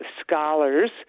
scholars